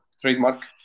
trademark